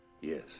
Yes